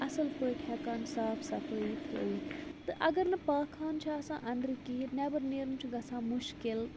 اصٕل پٲٹھۍ ہیٚکان صاف صَفٲیی تھٲیِتھ تہٕ اَگر نہٕ پاک خانہ چھُ آسان اندرٕ کِہیٖنۍ نٮ۪بَر نیرُن چھُ گَژھان مُشکِل